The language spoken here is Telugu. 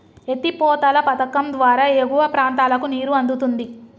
ఎత్తి పోతల పధకం ద్వారా ఎగువ ప్రాంతాలకు నీరు అందుతుంది